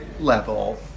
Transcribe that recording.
Level